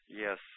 Yes